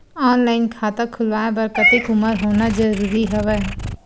Online खाता खुलवाय बर कतेक उमर होना जरूरी हवय?